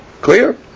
Clear